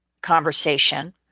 conversation